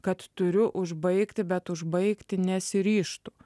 kad turiu užbaigti bet užbaigti nesiryžtu